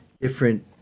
different